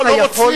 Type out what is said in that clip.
לא, לא רוצים.